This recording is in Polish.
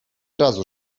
razu